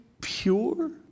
pure